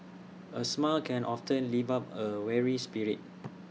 A smile can often lift up A weary spirit